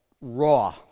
raw